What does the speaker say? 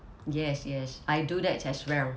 yes yes I do that as well